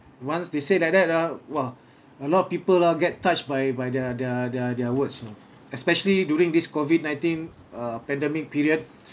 once they say like that ah !wah! a lot of people ah get touched by by their their their their words know especially during this COVID nineteen uh pandemic period